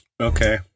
Okay